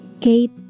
Kate